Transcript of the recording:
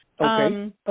Okay